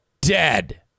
dead